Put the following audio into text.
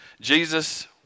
jesus